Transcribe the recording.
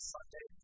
Sunday